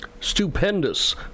Stupendous